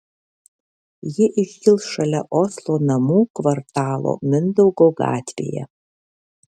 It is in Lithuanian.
ji iškils šalia oslo namų kvartalo mindaugo gatvėje